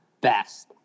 best